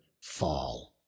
fall